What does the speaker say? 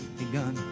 begun